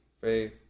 Faith